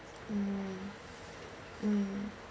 mm mm